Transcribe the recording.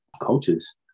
coaches